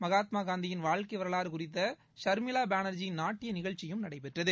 மகாத்மா காந்தியின் வாழ்க்கை வரவாறு குறித்த ஷர்மிளா பானா்ஜியின் நாட்டிய நிகழ்ச்சி நடைபெற்றது